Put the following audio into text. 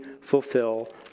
fulfill